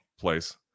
place